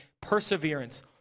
perseverance